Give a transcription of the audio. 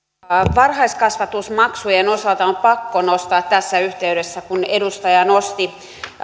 varhaiskasvatusmaksujen osalta on pakko nostaa tässä yhteydessä tämä asia kun edustaja nosti